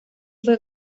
fue